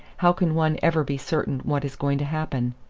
how can one ever be certain what is going to happen?